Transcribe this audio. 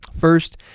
First